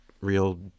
real